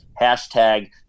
hashtag